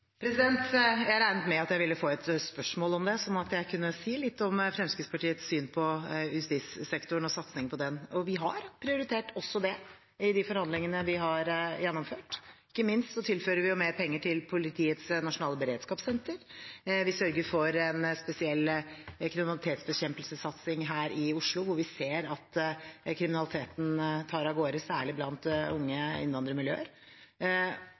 Jeg regnet med at jeg ville få et spørsmål om det slik at jeg kunne si litt om Fremskrittspartiets syn på justissektoren og satsingen på den. Vi har prioritert også det i de forhandlingene vi har gjennomført. Ikke minst tilfører vi mer penger til politiets nasjonale beredskapssenter. Vi sørger for en spesiell kriminalitetsbekjempelsessatsing her i Oslo, hvor vi ser at kriminaliteten tar av gårde særlig blant unge i innvandrermiljøer.